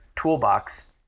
toolbox